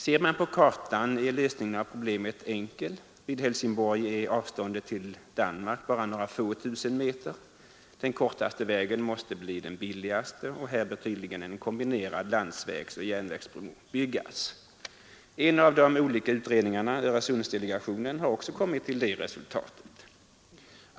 Ser man på kartan, finner man att lösningen på problemet är enkel: Vid Helsingborg är avståndet till Danmark bara några få tusen meter. Den kortaste vägen måste bli den billigaste, och följaktligen bör här tydligen en kombinerad landsvägsoch järnvägsbro byggas. En av de olika utredningarna, Öresundsdelegationen, har också kommit fram till det resultatet.